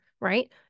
right